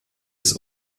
ist